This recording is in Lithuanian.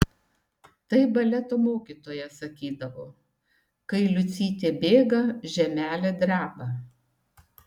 tai baleto mokytoja sakydavo kai liucytė bėga žemelė dreba